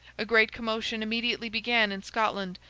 a great commotion immediately began in scotland,